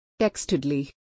Textedly